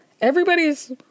Everybody's